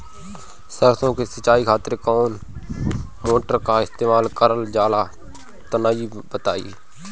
सरसो के सिंचाई खातिर कौन मोटर का इस्तेमाल करल जाला तनि बताई?